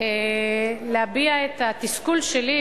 להביע את התסכול שלי,